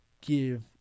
give